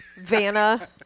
Vanna